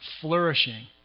flourishing